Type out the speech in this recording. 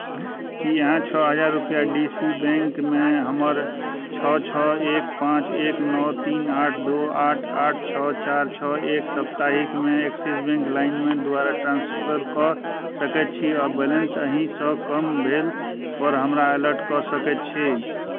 की अहाँ छओ हजार रुपैआ डी सी बैंकमे हमर छओ छओ एक पाँच एक नओ तीन आठ दू आठ आठ छओ चारि छओ एक सप्ताहिकमे एक्सिस बैंक लाइम द्वारा ट्रांसफर कऽ सकैत छी आ बैलेंस एहिसँ कम भेलापर हमरा अलर्ट कऽ सकैत छी